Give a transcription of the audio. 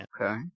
Okay